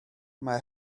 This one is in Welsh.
mae